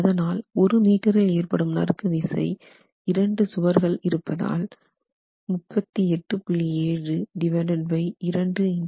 அதனால் ஒரு மீட்டரில் ஏற்படும் நறுக்கு விசை இரண்டு சுவர்கள் இருப்பதால் 38